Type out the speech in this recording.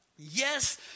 Yes